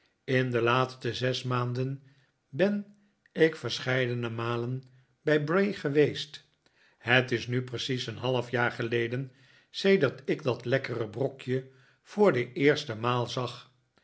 in de laatste zes maanden ben ik verscheidene malen bij bray geweest het is nu pfecies een half jaar geleden sedert ik dat lekkere brokje voor de eerste maal zag